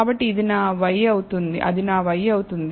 కాబట్టి అది నా y అవుతుంది